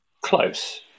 close